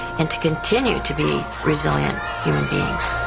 and to continue to be resilient human beings.